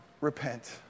repent